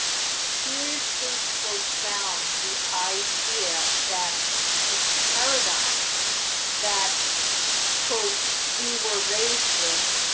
seriously profound the idea that the paradigm that quote we were raised with,